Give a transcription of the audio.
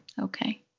Okay